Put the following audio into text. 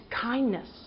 kindness